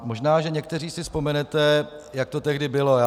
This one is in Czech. Možná si někteří vzpomenete, jak to tehdy bylo.